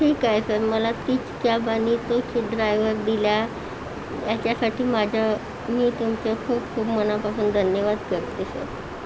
ठीक आहे सर मला तीच कॅब आणि तोच ड्रायव्हर दिला याच्यासाठी माझ्या मी तुमचे खूप खूप मनापासून धन्यवाद करते सर